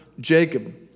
Jacob